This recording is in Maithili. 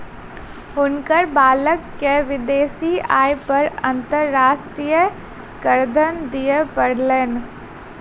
हुनकर बालक के विदेशी आय पर अंतर्राष्ट्रीय करधन दिअ पड़लैन